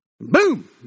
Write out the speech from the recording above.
boom